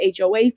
HOA